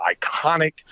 iconic